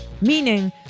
Meaning